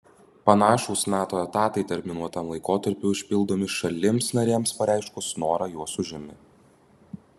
panašūs nato etatai terminuotam laikotarpiui užpildomi šalims narėms pareiškus norą juos užimi